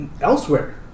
elsewhere